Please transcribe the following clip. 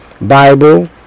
Bible